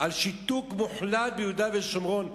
על שיתוק מוחלט ביהודה ושומרון?